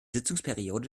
sitzungsperiode